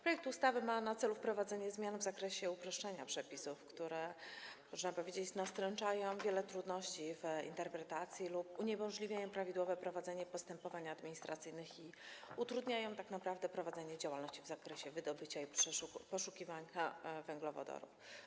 Projekt ustawy ma na celu wprowadzenie zmian w zakresie uproszczenia przepisów, które - można powiedzieć - nastręczają wiele trudności w zakresie interpretacji lub uniemożliwiają prawidłowe prowadzenie postępowań administracyjnych i utrudniają tak naprawdę prowadzenie działalności w zakresie wydobycia i poszukiwania węglowodorów.